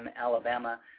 Alabama